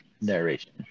narration